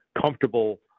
comfortable